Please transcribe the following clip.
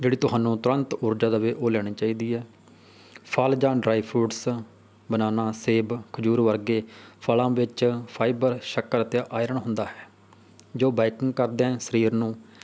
ਜਿਹੜੀ ਤੁਹਾਨੂੰ ਤੁਰੰਤ ਊਰਜਾ ਦਵੇ ਉਹ ਲੈਣੀ ਚਾਹੀਦੀ ਹੈ ਫਲ ਜਾਂ ਡਰਾਈ ਫਰੂਟਸ ਬਨਾਨਾ ਸੇਬ ਖਜੂਰ ਵਰਗੇ ਫਲਾਂ ਵਿੱਚ ਫਾਈਬਰ ਸ਼ੱਕਰ ਅਤੇ ਆਇਰਨ ਹੁੰਦਾ ਹੈ ਜੋ ਬਾਈਕਿੰਗ ਕਰਦਿਆਂ ਸਰੀਰ ਨੂੰ